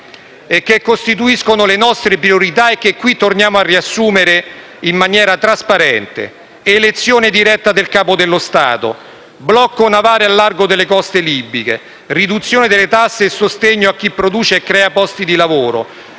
che costituiscono le nostre priorità e che qui torniamo a riassumere in maniera trasparente: elezione diretta del Capo dello Stato, blocco navale al largo delle coste libiche, riduzione delle tasse e sostegno a chi produce e crea posti di lavoro,